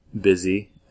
busy